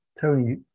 Tony